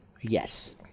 Yes